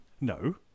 no